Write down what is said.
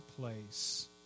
place